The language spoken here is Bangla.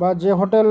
বা যে হোটেল